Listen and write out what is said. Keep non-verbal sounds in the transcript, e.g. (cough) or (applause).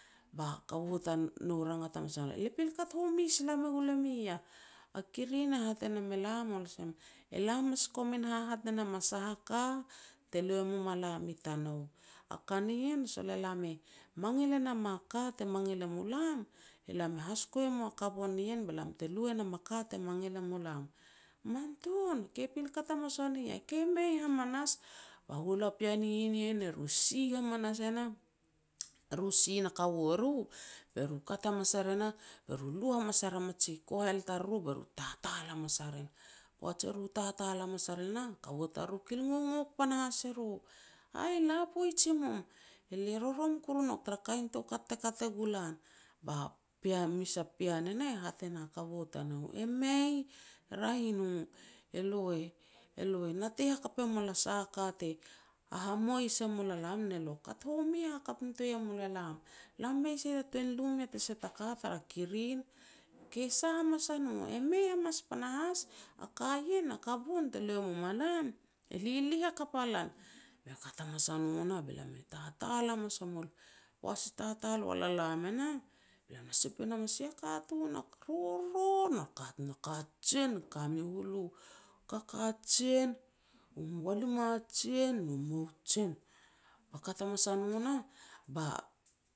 titi tamulam na masal u kekerek ti kai i han a pinapo. Be lam e kat hamas a nam e nah, be lam e hia ranrangat hamas a nam e nah, "Aih, e ri mas kat nar be ri te la poij er i pinapo." "Aah, elia ku mei taka kajin ka si wa ien, katun nien e natung e nou e ri, e nen e nou e ri. (noise) Be kat hamas a no nah be lam e ka hamas a nam be lam e borbor hamas a nam, "Eri e mas kat ar be ri te mois, mois ne ru a katun nien tara sah e iau e hat ne ne natung e nou e ri mahu bongbong, iau na hangal ku e lan a kanen." Be kat hamas a no nah, ba tutupiok e sot poaj hamas a no be lam longon hamas a nam e nah be lam e mois hamas a nam. Be lam e mois hamas a nam e nah mois hamas ne nam a tutupiok, ba tutupiok e hat hamas e ne lam, "Ia te ka mua lomi bah, ya te ka mua lomi, le sot hakap a gul, le sot me gul a min kanen tagoan, te nous e gu an be lia te habinij e gue mi (hesitation) a hualu a habinij a raeh." Be kat hamas a no nah be lam e mois hamas a nam, lam i mois i patun a rako. A sia rako e kai i iogil pal te gugum au, be lam e mois hamas a nam iogil e nah, be lam kat hamas a nam, be hat hamas e nouk, "E ri hasoh tok er eiau", be kat a no nah ba tutupiok e kat e nah, eiau e (hesitation) tua tanou kamij kuru be iau kat a no me soh o no. Poaj te soh u nah, lam kat panahas e nah, boak momot hamas a mum, lam mum e nah, be lam e